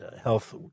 health